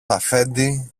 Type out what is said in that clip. αφέντη